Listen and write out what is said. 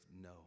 no